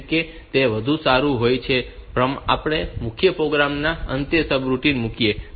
જો કે તે વધુ સારું હોય છે કે આપણે મુખ્ય પ્રોગ્રામ ના અંતે સબરૂટિન મૂકીએ